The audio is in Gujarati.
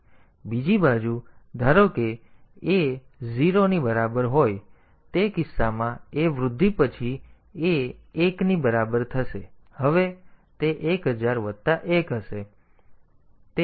બીજી બાજુ ધારો કે a 0 ની બરાબર હોય તે કિસ્સામાં a વૃદ્ધિ પછી a 1 ની બરાબર થશે હવે તે 1000 વત્તા 1 હશે